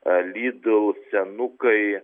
a lidl senukai